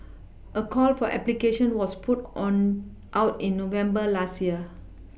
a call for application was put on out in November last year